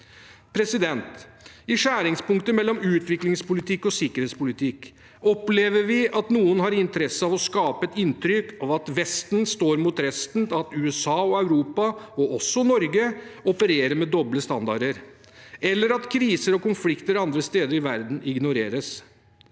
utvikling. I skjæringspunktet mellom utviklingspolitikk og sikkerhetspolitikk opplever vi at noen har interesse av å skape et inntrykk av at Vesten står mot resten, at USA, Europa og også Norge opererer med doble standarder, eller at kriser og konflikter andre steder i verden ignoreres.